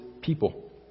people